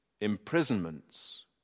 imprisonments